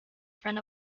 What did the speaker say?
front